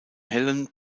hellen